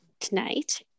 tonight